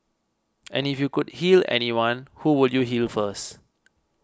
and if you could heal anyone who would you heal first